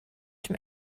dem